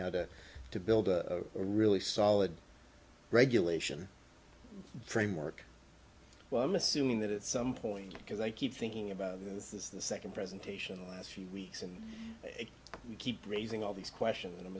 now that to build a really solid regulation framework well i'm assuming that at some point because i keep thinking about this is the second presentation the last few weeks and you keep raising all these questions and i'm